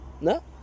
no